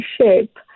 shape